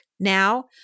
Now